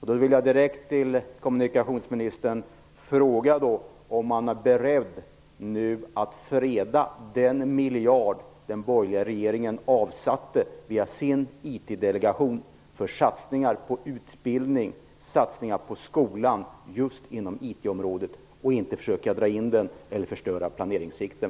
Jag vill direkt till kommunikationsministern ställa frågan: Är regeringen nu beredd att freda den miljard som den borgerliga regeringen avsatte via sin IT-delegation för satsningar på utbildning i skolan just inom IT-området och inte försöka dra in den eller förstöra planeringen?